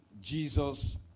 Jesus